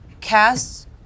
cast